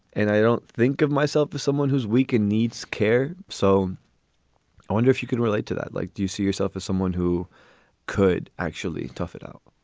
and i don't think of myself as someone who's weak and needs care. so i wonder if you could relate to that. like do you see yourself as someone who could actually tough it out?